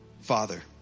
Father